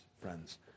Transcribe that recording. friends